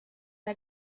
der